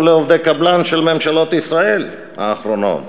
לעובדי קבלן של ממשלות ישראל האחרונות.